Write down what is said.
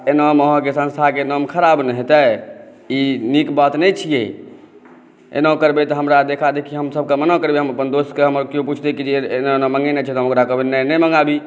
एनामे अहाँके संस्थाक नाम ख़राब ने हेतै ई नीक बात नहि छियै एना करबै तऽ हमरा देखा देखी हमसभके मना करबै हम अपन दोस्तके हमर केओ पूछतै जे एना एना मँगेने छलहुँ ओकरा कहबै नहि नहि मंगाबी